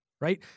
right